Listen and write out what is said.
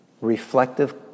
reflective